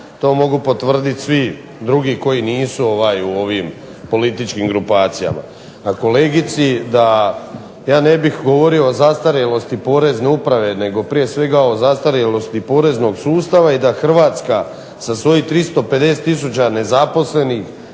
to mogu potvrditi svi drugi koji nisu u ovim političkim grupacijama. A kolegici, da ja ne bih govorio o zastarjelosti porezne uprave, nego prije svega o zastarjelosti poreznog sustava i da Hrvatska sa svojih 350 tisuća nezaposlenih,